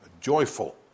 joyful